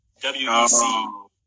WEC